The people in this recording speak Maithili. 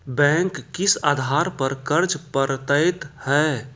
बैंक किस आधार पर कर्ज पड़तैत हैं?